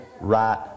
right